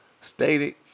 stated